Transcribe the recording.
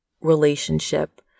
relationship